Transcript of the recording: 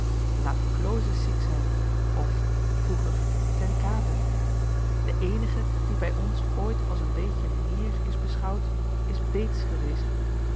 kloos es ziek zijn of vroeger ten kate de eenige die bij ons ooit als een beetje meer is beschouwd is beets geweest